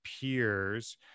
peers